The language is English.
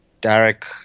Derek